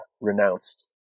renounced